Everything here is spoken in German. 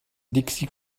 dixi